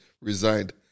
resigned